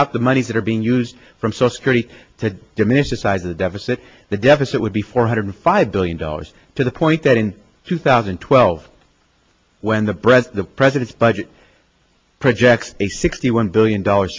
out the monies that are being used from so security to diminish the size of the deficit the deficit would be four hundred five billion dollars to the point that in two thousand and twelve when the breath of the president's budget projects a sixty one billion dollar